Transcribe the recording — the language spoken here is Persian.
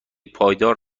پایدار